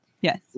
Yes